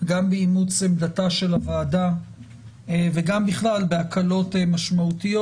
גם באימוץ עמדתה של הועדה וגם בכלל בהקלות משמעותיות,